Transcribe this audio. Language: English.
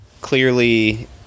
clearly